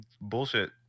bullshit